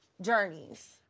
journeys